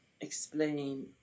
explain